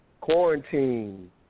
Quarantine